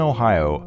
Ohio